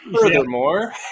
Furthermore